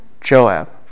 Joab